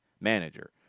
manager